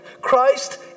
Christ